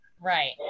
Right